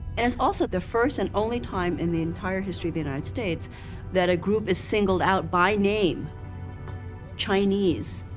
and it's also the first and only time in the entire history of the united states that a group is singled out by name chinese,